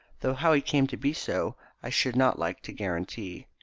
though how he came to be so i should not like to guarantee.